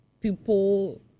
people